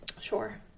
Sure